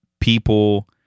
people